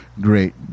Great